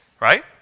right